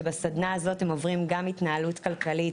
שבסדנה הזאת הם עוברים גם התנהלות כלכלית,